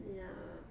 ya